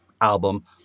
album